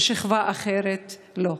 ולשכבה אחרת לא.